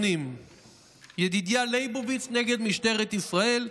ידידיה ליבוביץ' נ' משטרת ישראל,